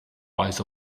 eyes